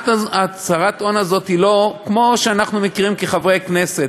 הצהרת ההון הזאת היא כמו שאנחנו מכירים כחברי כנסת.